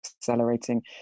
accelerating